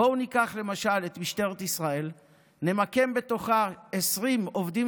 בואו ניקח למשל את משטרת ישראל ונמקם בתוכה 20 עובדים